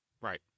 right